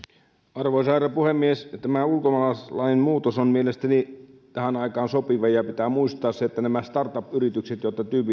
arvoisa herra puhemies tämä ulkomaalaislain muutos on mielestäni tähän aikaan sopiva pitää muistaa se että nämä startup yritykset